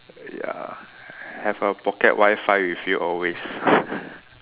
ya have a pocket wi-fi with you always